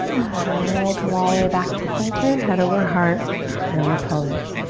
and then we'll come all the way back to center. head over heart, heart over pelvis.